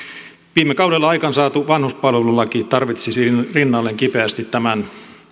viime kaudella aikaansaatu vanhuspalvelulaki tarvitsisi rinnalleen kipeästi tämän